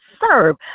serve